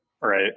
Right